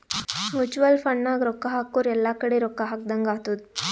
mutual fund ನಾಗ್ ರೊಕ್ಕಾ ಹಾಕುರ್ ಎಲ್ಲಾ ಕಡಿ ರೊಕ್ಕಾ ಹಾಕದಂಗ್ ಆತ್ತುದ್